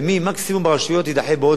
אדוני השר,